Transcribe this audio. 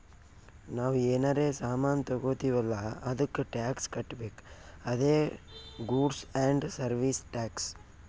ನಾವ್ ಏನರೇ ಸಾಮಾನ್ ತಗೊತ್ತಿವ್ ಅಲ್ಲ ಅದ್ದುಕ್ ಟ್ಯಾಕ್ಸ್ ಕಟ್ಬೇಕ್ ಅದೇ ಗೂಡ್ಸ್ ಆ್ಯಂಡ್ ಸರ್ವೀಸ್ ಟ್ಯಾಕ್ಸ್